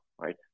right